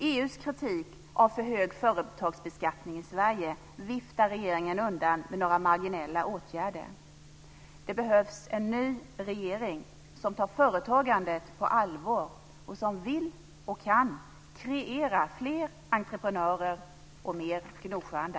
EU:s kritik av för hög företagsbeskattning i Sverige viftar regeringen undan med några marginella åtgärder. Det behövs en ny regering som tar företagandet på allvar och som vill och kan kreera fler entreprenörer och mer Gnosjöanda.